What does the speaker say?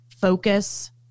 focus